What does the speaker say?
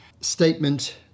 statement